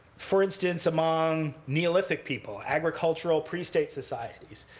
for instance among neolithic people, agricultural pre-state societies,